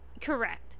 correct